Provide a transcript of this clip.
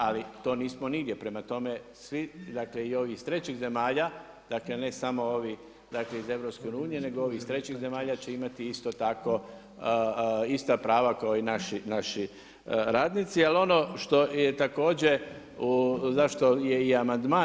Ali to nismo nigdje, prema tome, svi, dakle i ovi iz trećih zemalja, ne samo ovi iz EU, nego ovi iz trećih zemalja će imati isto tako, ista prava kao i naši radnici, ali ono što je također, zašto je i amandman.